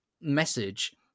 message